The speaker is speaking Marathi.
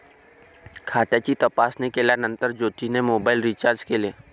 खात्याची तपासणी केल्यानंतर ज्योतीने मोबाइल रीचार्ज केले